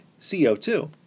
CO2